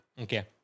Okay